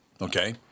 Okay